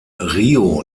rio